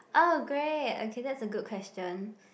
oh great okay that's a good question